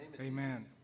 Amen